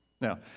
Now